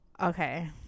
Okay